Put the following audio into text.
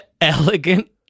Elegant